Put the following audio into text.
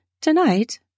Tonight